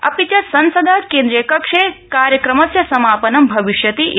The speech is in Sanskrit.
अपि च संसद केन्द्रियकक्षे कार्यक्रमस्य समापनं भविष्यति इति